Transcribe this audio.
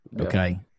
Okay